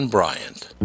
Bryant